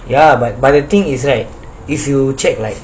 ya but but the thing is right if you check like